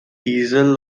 diesel